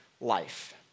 life